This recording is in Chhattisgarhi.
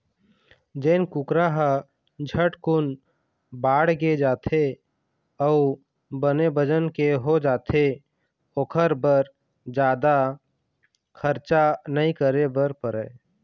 जेन कुकरा ह झटकुन बाड़गे जाथे अउ बने बजन के हो जाथे ओखर बर जादा खरचा नइ करे बर परय